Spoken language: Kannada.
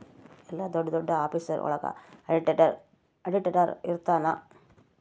ಎಲ್ಲ ದೊಡ್ಡ ದೊಡ್ಡ ಆಫೀಸ್ ಒಳಗ ಆಡಿಟರ್ ಇರ್ತನ